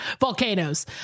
Volcanoes